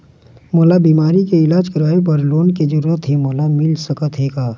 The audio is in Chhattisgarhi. मोला बीमारी के इलाज करवाए बर लोन के जरूरत हे मोला मिल सकत हे का?